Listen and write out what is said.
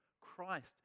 Christ